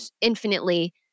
infinitely